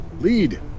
lead